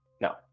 No